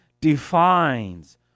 defines